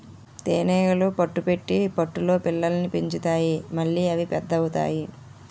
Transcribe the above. తేనీగలు పట్టు పెట్టి పట్టులో పిల్లల్ని పెంచుతాయి మళ్లీ అవి పెద్ద అవుతాయి